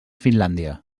finlàndia